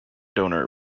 donor